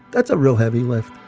that's a real heavy lift.